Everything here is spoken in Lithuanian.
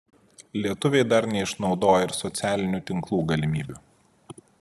lietuviai dar neišnaudoja ir socialinių tinklų galimybių